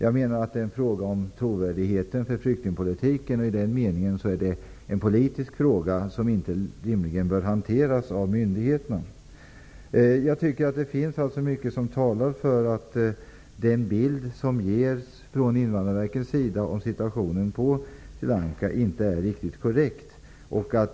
Jag menar att det är en fråga om trovärdigheten för flyktingpolitiken. I den meningen är det en politisk fråga, som rimligen inte bör hanteras av myndigheterna. Det finns mycket som talar för att den bild som ges från Invandrarverkets sida av situtionen på Sri Lanka inte är riktigt korrekt.